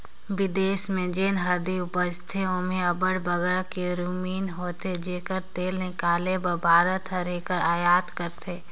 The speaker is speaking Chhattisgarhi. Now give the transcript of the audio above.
बिदेस में जेन हरदी उपजथे तेम्हें अब्बड़ बगरा करक्यूमिन होथे जेकर तेल हिंकाले बर भारत हर एकर अयात करथे